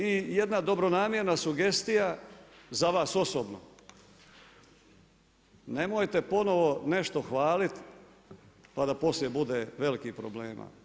I jedna dobronamjerna sugestija za vas osobno, nemojte ponovo nešto hvaliti pa da poslije bude velikih problema.